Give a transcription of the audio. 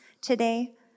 today